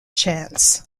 chance